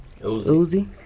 Uzi